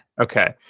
Okay